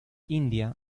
india